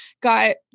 got